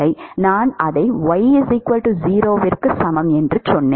நான் அதை y0 க்கு சமம் என்று சொன்னேன்